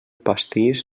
pastís